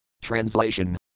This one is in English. Translation